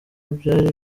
byari